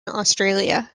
australia